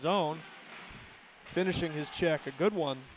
zone finishing his check a good one